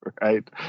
Right